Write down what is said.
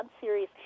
series